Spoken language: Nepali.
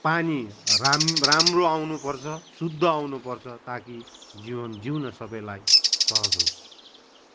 पानी राम राम्रो आउनुपर्छ शुद्ध आउनुपर्छ ताकि जीवन जिउन सबैलाई सहज होस्